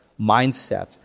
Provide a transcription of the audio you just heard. mindset